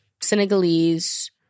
Senegalese